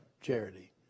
charity